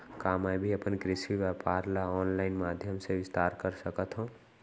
का मैं भी अपन कृषि व्यापार ल ऑनलाइन माधयम से विस्तार कर सकत हो?